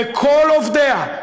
וכל עובדיה,